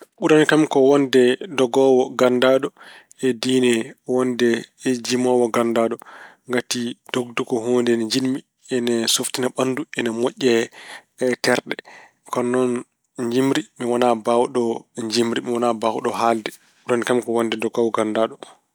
Ɓurani kam ko wonde dogoowo ganndaaɗo e diine wonde jimoowo ganndaaɗo. Ngati dogdu ko huunde nde njiɗmi. Ina softina ɓanndu, ina moƴƴi e terɗe. Ko noon jimri mi wonaa mbaawɗo jimri, mi wonaa mbaawɗo haalde. Ɓurani kam ko wonde dogoowo ganndaaɗo.